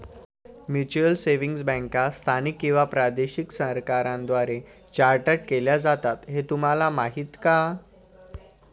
Mutual savings बँका स्थानिक किंवा प्रादेशिक सरकारांद्वारे चार्टर्ड केल्या जातात हे तुम्हाला माहीत का?